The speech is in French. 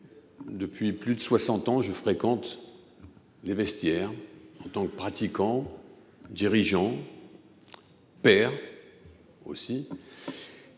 Depuis plus de soixante ans, en effet, je fréquente les vestiaires en tant que pratiquant, dirigeant, père aussi.